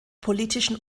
politischen